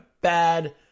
bad